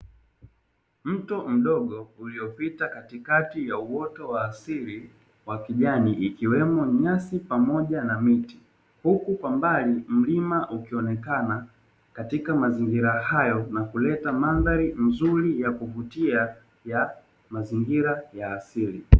Mto mdogo uliopita katikati ya uoto wa asili wa kijani ikiwemo nyasi pamoja na miti huku kwa mbali mlima ukionekana katika mazingira hayo na kuleta mandhari mzuri ya kuvutia ya mazingira ya asili.